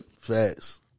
Facts